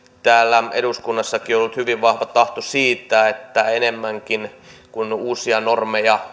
täällä eduskunnassakin on ollut hyvin vahva tahto siitä että enemmänkin vanhoja normeja